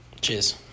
Cheers